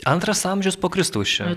antras amžius po kristaus čia